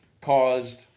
caused